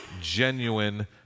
genuine